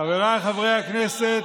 חבריי חברי הכנסת,